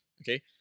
okay